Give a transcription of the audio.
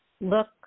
look